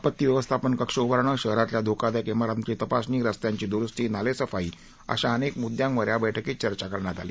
आपत्ती व्यवस्थापन कक्ष उभारणे शहरातल्या धोकादायक इमारतींची तपासणी रस्त्यांची दुरूस्ती नालेसफाई अशा अनेक मुद्यांवर या बैठकीत चर्चा करण्यात आली